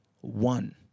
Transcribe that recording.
one